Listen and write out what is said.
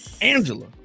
angela